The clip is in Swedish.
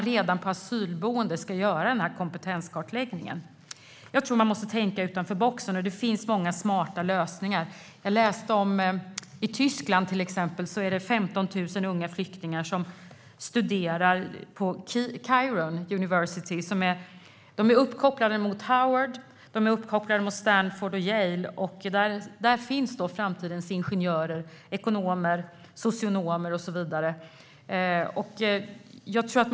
Redan på asylboendet ska man göra den här kompetenskartläggningen. Jag tror att man måste tänka utanför boxen. Det finns många smarta lösningar. Jag läste om att 15 000 unga flyktingar i Tyskland studerar på Kiron University. De är uppkopplade mot Howard, Stanford och Yale, och där finns framtidens ingenjörer, ekonomer, socionomer och så vidare.